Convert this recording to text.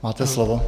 Máte slovo.